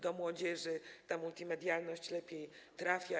Do młodzieży ta multimedialność lepiej trafia.